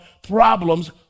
Problems